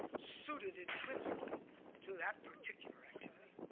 suited intrinsically to that particular activity.